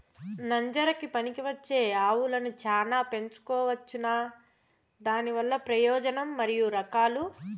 నంజరకి పనికివచ్చే ఆవులని చానా పెంచుకోవచ్చునా? దానివల్ల ప్రయోజనం మరియు రకాలు?